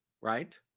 Right